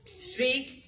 Seek